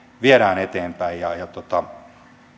eteenpäin